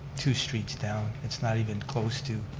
two streets down. it's not even close to,